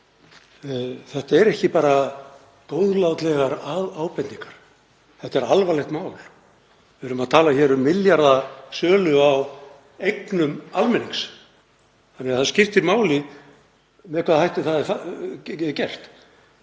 Þetta eru ekki bara góðlátlegar ábendingar heldur alvarlegt mál. Við erum að tala um milljarða sölu á eignum almennings þannig að það skiptir máli með hvaða hætti það er gert.